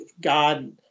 God